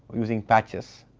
using patches.